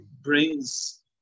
brings